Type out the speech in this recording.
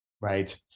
Right